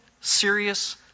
serious